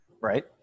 Right